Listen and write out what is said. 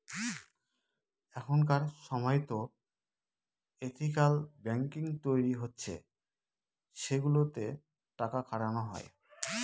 এখনকার সময়তো ethical banking তৈরী হচ্ছে সেগুলোতে টাকা খাটানো হয়